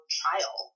trial